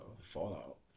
Fallout